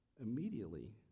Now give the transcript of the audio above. Immediately